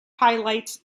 highlights